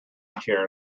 chair